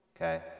Okay